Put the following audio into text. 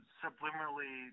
subliminally